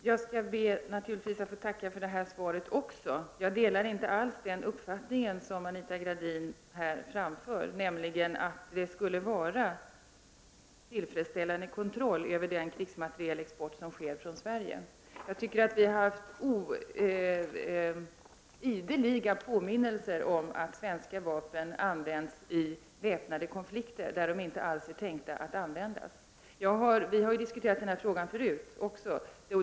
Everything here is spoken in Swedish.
Herr talman! Jag ber att få tacka också för det här svaret. Men samtidigt måste jag säga att jag inte alls delar den uppfattning som Anita Gradin här ger uttryck för, nämligen att det skulle finnas en tillfredsställande kontroll när det gäller krigsmaterielexporten från Sverige. Vi får ju ideligen påminnelser om att svenska vapen används vid väpnade konflikter — alltså där det inte alls är tänkt att vapnen skall användas. Frågan har diskuterats tidigare.